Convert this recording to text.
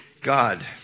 God